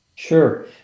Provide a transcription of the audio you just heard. Sure